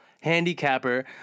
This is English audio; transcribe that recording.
handicapper